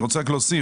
אני רוצה להוסיף